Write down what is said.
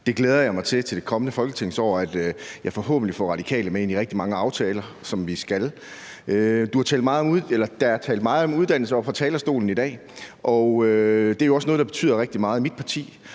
Jeg glæder mig til, at jeg i det kommende folketingsår forhåbentlig får Radikale med ind i rigtig mange aftaler, som vi skal indgå. Der er talt meget om uddannelse oppe fra talerstolen i dag, og det er jo også noget, der betyder rigtig meget i mit parti